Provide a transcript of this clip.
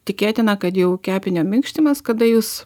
tikėtina kad jau kepinio minkštimas kada jūs